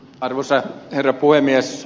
arvoisa herra puhemies